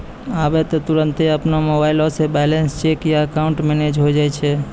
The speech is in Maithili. आबै त तुरन्ते अपनो मोबाइलो से बैलेंस चेक या अकाउंट मैनेज होय जाय छै